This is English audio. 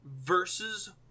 versus